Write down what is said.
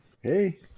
Hey